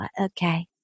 okay